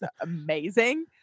amazing